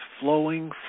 flowing